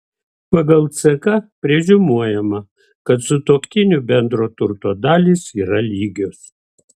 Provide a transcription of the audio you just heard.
pagal ck preziumuojama kad sutuoktinių bendro turto dalys yra lygios